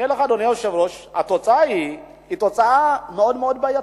אבל, אדוני היושב-ראש: התוצאה היא מאוד בעייתית.